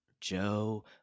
Joe